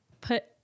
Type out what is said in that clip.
put